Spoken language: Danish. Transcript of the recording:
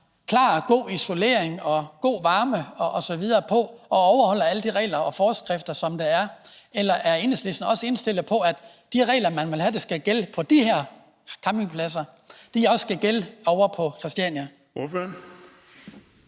har god isolering og god varme på osv. og overholder alle de regler og forskrifter, som der er, eller er Enhedslisten også indstillet på, at de regler, man vil have skal gælde på de her campingpladser, også skal gælde ovre på Christiania?